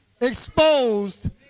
exposed